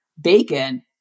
bacon